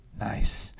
Nice